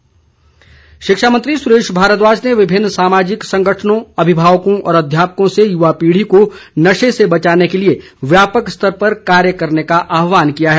सुरेश भारद्वाज शिक्षा मंत्री सुरेश भारद्वाज ने विभिन्न सामाजिक संगठनों अभिभावकों और अध्यापकों से युवा पीढ़ी को नशे से बचाने के लिए व्यापक स्तर पर कार्य करने का आहवान किया है